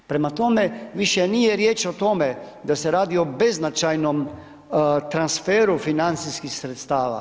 Prema tome, više nije riječ o tome da se radi o beznačajnom transferu financijskih sredstava.